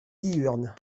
diurnes